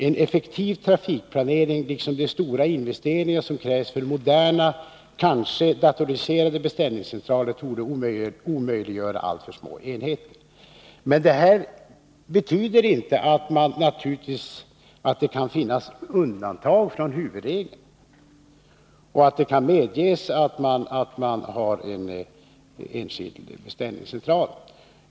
En effektiv trafikplanering liksom de stora investeringar som krävs för moderna, kanske datoriserade, beställningscentraler torde omöjliggöra alltför små enheter.” Detta betyder naturligtvis inte annat än att det kan finnas undantag från huvudregeln och att det kan medges att man har en enskild beställningscentral.